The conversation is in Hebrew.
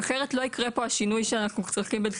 אחרת לא יקרה פה השינוי שאנחנו צריכים בדחיפות.